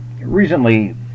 recently